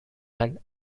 one